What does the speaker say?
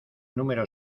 número